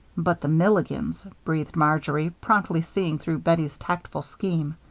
but the milligans, breathed marjory, promptly seeing through bettie's tactful scheme.